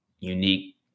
unique